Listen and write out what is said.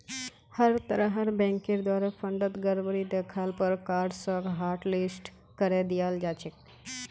हर तरहर बैंकेर द्वारे फंडत गडबडी दख ल पर कार्डसक हाटलिस्ट करे दियाल जा छेक